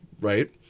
right